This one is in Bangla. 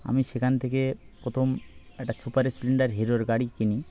আমি সেখান থেকে প্রথম একটা সুপার স্পেন্ডার হেরোয়োর গাড়ি কিনি